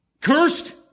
Cursed